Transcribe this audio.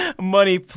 Money